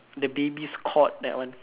the babies cord that one